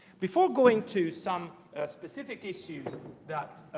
before going to some specific issues that